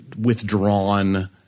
withdrawn